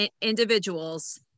individuals